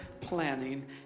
planning